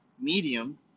medium